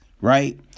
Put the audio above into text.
right